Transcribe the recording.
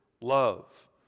love